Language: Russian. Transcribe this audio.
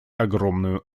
огромную